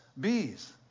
bees